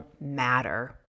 matter